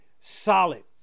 solid